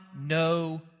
no